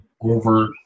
over